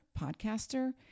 podcaster